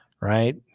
right